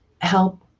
help